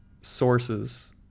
sources